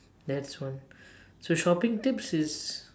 that's one so shopping tips is